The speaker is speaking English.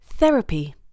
Therapy